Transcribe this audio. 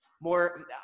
more